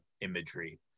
imagery